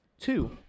Two